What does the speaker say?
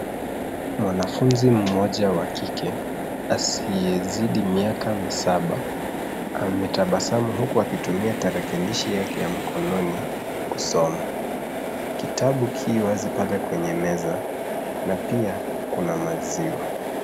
Mwanafunzi mmoja wa kike asiyezidi miaka misaba ametabasamu huku akitumua tarakilishi yake ya mkononi kusoma. Kitabu ki wazi pale kwenye meza na pia kuna maziwa.